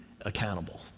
accountable